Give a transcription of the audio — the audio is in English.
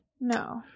No